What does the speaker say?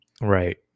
right